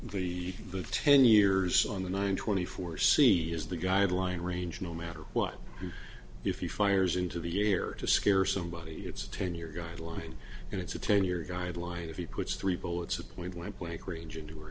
the the ten years on the nine twenty four cd is the guideline range no matter what you if he fires into the air to scare somebody it's a ten year guideline and it's a ten year guideline if he puts three bullets at point blank blank range into her